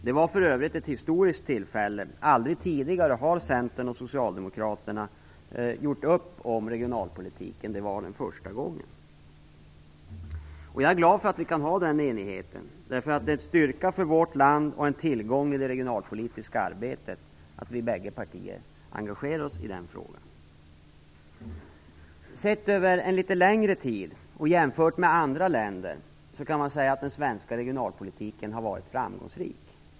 Det var för övrigt ett historiskt tillfälle - aldrig tidigare har Centern och Socialdemokraterna gjort upp om regionalpolitiken. Detta var första gången. Jag är glad för att vi kan ha denna enighet. Det är nämligen en styrka för vårt land och en tillgång i det regionalpolitiska arbetet att våra båda partier engagerar sig i denna fråga. Sett över litet längre tid, och jämfört med andra länder, kan man säga att den svenska regionalpolitiken har varit framgångsrik.